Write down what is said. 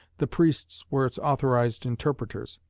the priests were its authorized interpreters.